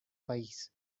país